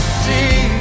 see